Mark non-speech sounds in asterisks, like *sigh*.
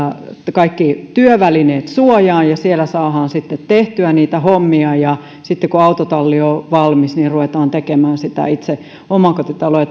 kaikki työvälineet suojaan ja jossa saadaan sitten tehtyä niitä hommia ja sitten kun autotalli on valmis niin ruvetaan tekemään sitä itse omakotitaloa *unintelligible*